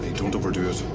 don't over do it.